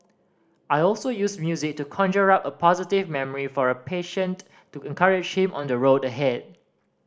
I also use music to conjure up a positive memory for a patient to encourage him on the road ahead